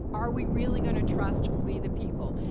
are we really going to trust we the people?